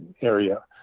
area